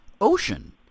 ocean